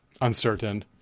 uncertain